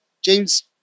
James